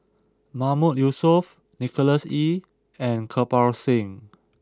Mahmood Yusof Nicholas Ee and Kirpal Singh